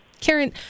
Karen